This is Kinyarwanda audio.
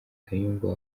kayumba